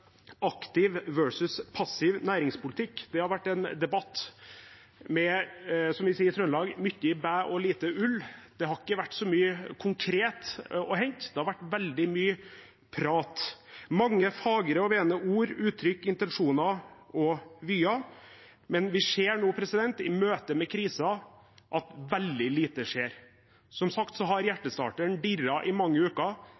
aktiv versus passiv næringspolitikk. Det har vært en debatt med, som vi sier i Trøndelag, «myttjy bæ og lite ull». Det har ikke vært så mye konkret å hente, det har vært veldig mye prat – mange fagre og vene ord og uttrykk, intensjoner og vyer, men vi ser nå, i møte med krisen, at veldig lite skjer. Som sagt har